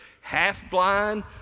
half-blind